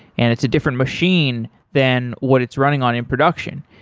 and it's a different machine than what it's running on in production.